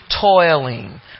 Toiling